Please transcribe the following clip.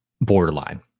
borderline